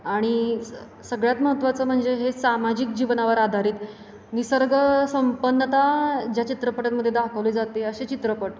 आणि सगळ्यात महत्वाचं म्हणजे हे सामाजिक जीवनावर आधारित निसर्गसंपन्नता ज्या चित्रपटांमदे दाखवली जाते असे चित्रपट